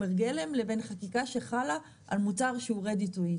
גלם לבין חקיקה שחלה על מוצר שהוא מוכן לאכילה.